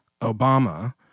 Obama